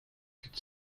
queues